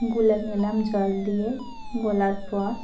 জল দিয়ে গোলার পর